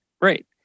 Right